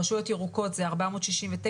רשויות ירוקות זה 469,